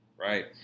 Right